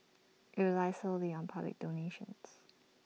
IT relies solely on public donations